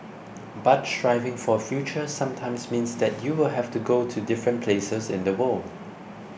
but striving for a future sometimes means that you will have to go to different places in the world